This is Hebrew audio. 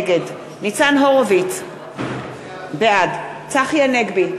נגד ניצן הורוביץ, בעד צחי הנגבי,